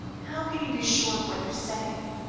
how can you be sure of what you say?